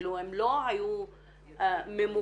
הן לא היו ממוקמות